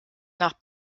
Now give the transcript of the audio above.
nach